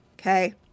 Okay